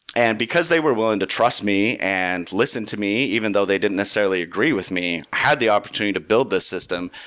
and because they were willing to trust me and listen to me even though they didn't necessarily agree with me, had the opportunity to build this system,